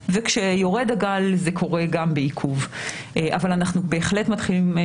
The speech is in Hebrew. ב-13 בחודש, בעוד מספר מצומצם של